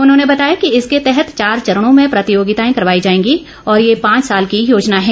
उन्होंने बताया कि इसके तहत चार चरणों में प्रतियोगिताएं करवाई जाएंगी और ये पांच साल की योजना है